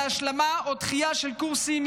בהשלמה או דחייה של קורסים,